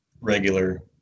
regular